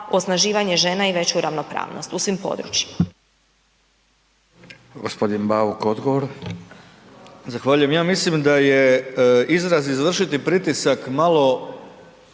osnaživanje žena i veću ravnopravnost u svim područjima.